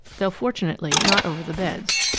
though fortunately not over the beds.